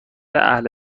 اهل